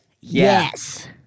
yes